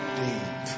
deep